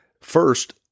First